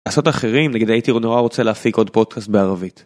לעשות אחרים, נגד הייתי נורא רוצה להפיק עוד פודקסט בערבית.